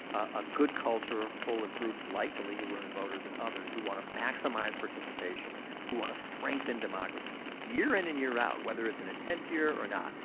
a good culture full of groups like the league of women voters and others who wanna maximize participation, who wanna strengthen democracy, year in and year out, whether it's an intense year or not,